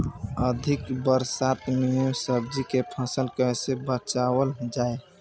अधिक बरसात में सब्जी के फसल कैसे बचावल जाय?